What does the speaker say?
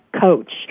coach